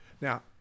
Now